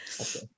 Okay